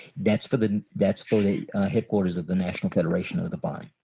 that's for the that's the headquarters of the national federation of the blind.